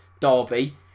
Derby